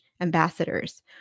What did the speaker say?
ambassadors